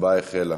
ההצבעה החלה.